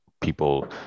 people